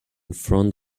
front